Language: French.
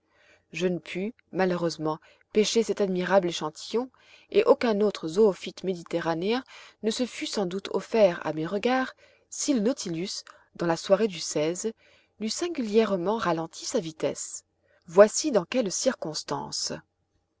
je ne pus malheureusement pêcher cet admirable échantillon et aucun autre zoophyte méditerranéen ne se fût sans doute offert à mes regards si le nautilus dans la soirée du n'eût singulièrement ralenti sa vitesse voici dans quelles circonstances